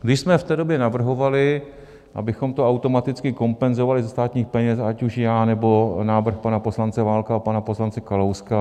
My jsme v té době navrhovali, abychom to automaticky kompenzovali ze státních peněz, ať už já, nebo návrh pana poslance Válka a pana poslance Kalouska.